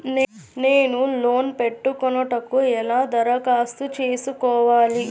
నేను లోన్ పెట్టుకొనుటకు ఎలా దరఖాస్తు చేసుకోవాలి?